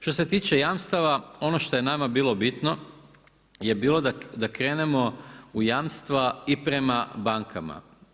Što se tiče jamstava, ono što je nama bilo bitno, je bilo da krenemo u jamstva i prema bankama.